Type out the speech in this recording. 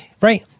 right